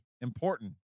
important